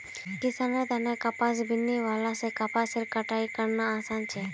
किसानेर तने कपास बीनने वाला से कपासेर कटाई करना आसान छे